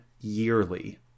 yearly